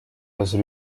was